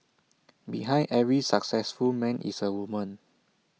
behind every successful man is A woman